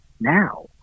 now